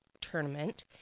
tournament